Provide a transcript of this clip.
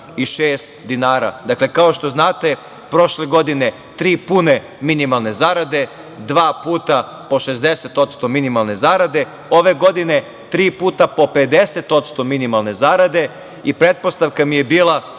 dinara. Dakle, kao što znate, prošle godine tri pune minimalne zarade, dva puta po 60% minimalne zarade, ove godine tri puta po 50% minimalne zarade i pretpostavka mi je bila